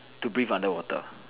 to breathe underwater